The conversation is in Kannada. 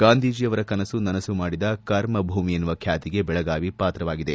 ಗಾಂಧೀಜಿಯವರ ಕನಸು ನನಸು ಮಾಡಿದ ಕರ್ಮಭೂಮಿ ಎನ್ನುವ ಖ್ಯಾತಿಗೆ ಬೆಳಗಾವಿ ಪಾತ್ರವಾಗಿದೆ